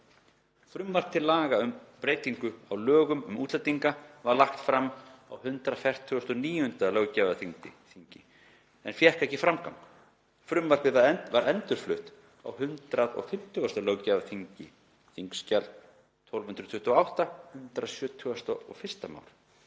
Frumvarp til laga um breytingu á lögum um útlendinga var lagt fram á 149. Löggjafarþingi en fékk ekki framgang. Frumvarpið var endurflutt á 150. löggjafarþingi (þskj. 1228, 171. mál)